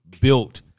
built